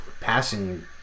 passing